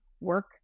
work